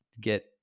get